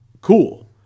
Cool